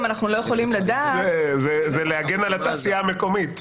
זה להגן על התעשייה המקומית.